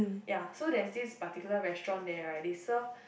ya so there's this particular restaurant there right they serve